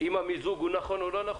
אם המיזוג הוא נכון או לא נכון.